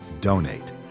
donate